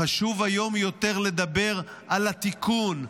חשוב יותר היום לדבר על התיקון,